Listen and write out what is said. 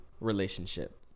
relationship